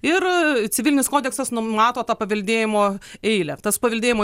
ir civilinis kodeksas numato tą paveldėjimo eilę tas paveldėjimo